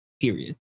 period